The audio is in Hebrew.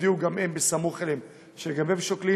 שהודיעו גם הם, סמוך להם, שגם הם שוקלים,